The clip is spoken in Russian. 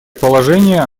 положения